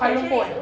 holland mall